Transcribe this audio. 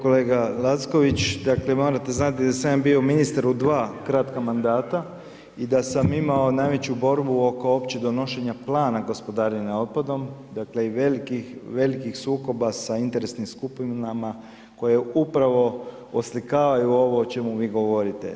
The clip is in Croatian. Kolega Lacković, dakle morate znati da sam ja bio ministar u dva kratka mandata i da sam imao najveću borbu oko uopće donošenja plana gospodarenja otpadom, dakle i velikih sukoba sa interesnim skupinama koje upravo oslikavaju ovo o čemu vi govorite.